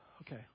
Okay